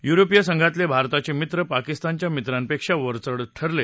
युरोपीय संघातले भारताचे मित्र पाकिस्तानच्या मित्रांपेक्षा वरचढ ठरले